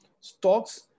stocks